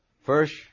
First